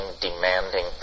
demanding